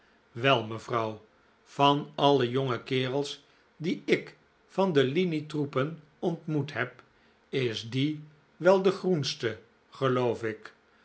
wel mevrouw van alle jonge kerels die ik van de linietroepen ontmoet heb is die wel de groenste geloof ik